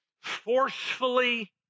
forcefully